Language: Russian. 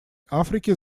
африки